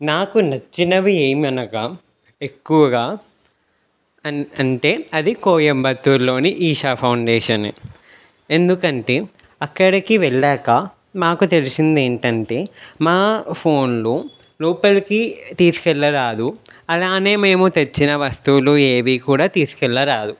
నాకు నచ్చినవి ఏమనగా ఎక్కువగా అన్ అంటే అది కోయంబత్తూర్లోని ఈషా ఫౌండేషనే ఎందుకంటే అక్కడికి వెళ్ళాక మాకు తెలిసింది ఏంటంటే మా ఫోన్లు లోపాలకి తీస్కెళ్ళరాదు అలానే మేము తెచ్చిన వస్తువులు ఏవి కూడా తీస్కెళ్ళరాదు